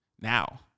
now